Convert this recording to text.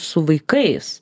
su vaikais